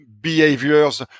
behaviors